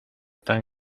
tan